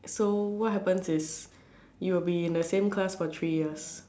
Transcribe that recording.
so what happens is you will be in the same class for three years